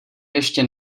ještě